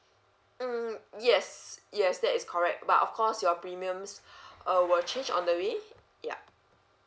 mm yes yes that is correct but of course your premiums uh will change on the way yup